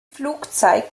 flugzeit